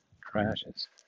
crashes